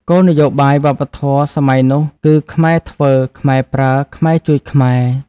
គោលនយោបាយវប្បធម៌សម័យនោះគឺ "ខ្មែរធ្វើ ខ្មែរប្រើ ខ្មែរជួយខ្មែរ"។